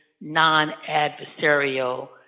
non-adversarial